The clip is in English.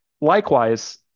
Likewise